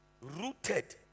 Rooted